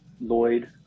Lloyd